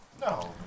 No